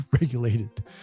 regulated